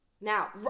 Now